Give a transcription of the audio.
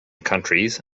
countries